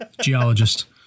Geologist